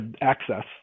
access